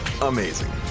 amazing